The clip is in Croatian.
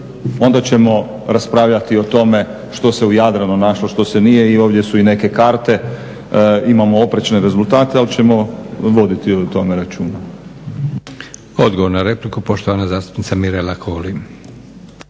onda ćemo raspravljati i o tome što se u Jadranu našlo, što se nije i ovdje su i neke karte, imamo oprečne rezultate ali ćemo voditi o tome računa. **Leko, Josip (SDP)** Odgovor na repliku poštovana zastupnica Mirela Holy.